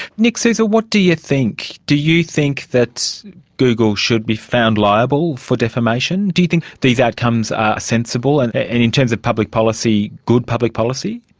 nicolas suzor, what do you think? do you think that google should be found liable for defamation? do you think these outcomes are sensible, and, and in terms of public policy, good public policy?